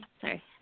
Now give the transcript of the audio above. Sorry